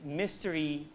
mystery